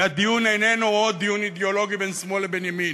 כי הדיון איננו עוד דיון אידיאולוגי בין שמאל לבין ימין.